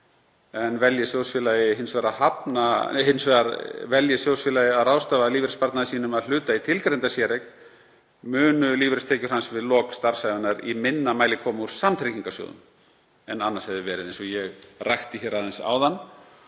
en velji sjóðfélagi hins vegar að ráðstafa lífeyrissparnaði sínum að hluta í tilgreinda séreign munu lífeyristekjur hans við lok starfsævinnar í minna mæli koma úr samtryggingarsjóðum en annars hefði verið, eins og ég rakti aðeins áðan,